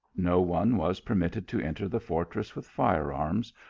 no one was permitted to enter the fortress with fire arms,